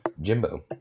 Jimbo